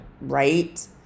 right